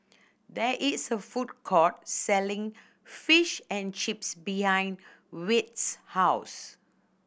there is a food court selling Fish and Chips behind Wirt's house